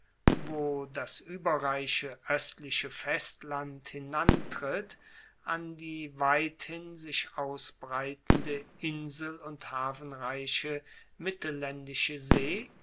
wo das ueberreiche oestliche festland hinantritt an die weithin sich ausbreitende insel und hafenreiche mittellaendische see